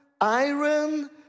iron